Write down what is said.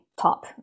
top